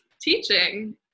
teaching